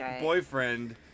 boyfriend